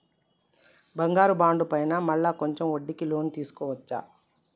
బంగారు బాండు పైన మళ్ళా కొంచెం వడ్డీకి లోన్ తీసుకోవచ్చా?